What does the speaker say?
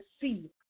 see